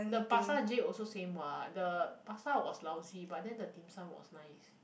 the pasta jade also same what the pasta was lousy but then the dim-sum was nice